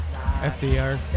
FDR